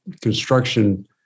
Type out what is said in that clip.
construction